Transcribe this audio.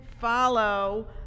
follow